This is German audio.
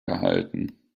gehalten